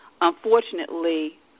unfortunately